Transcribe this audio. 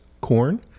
corn